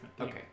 Okay